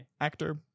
actor